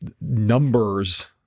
numbers